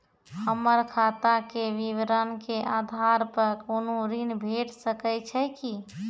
हमर खाता के विवरण के आधार प कुनू ऋण भेट सकै छै की?